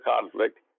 conflict